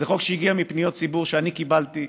זה חוק שהגיע מפניות ציבור שאני קיבלתי,